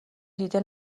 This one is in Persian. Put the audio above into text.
دیده